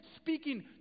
speaking